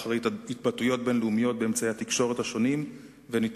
כאמצעי תעמולה בשקרים הנוראיים ביותר.